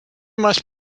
must